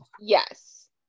Yes